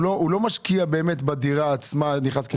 הוא לא משקיע באמת בדירה עצמה, נכנס כמשקיע.